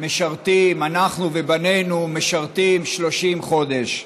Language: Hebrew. ומשרתים, אנחנו ובנינו משרתים 30 חודש.